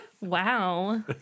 wow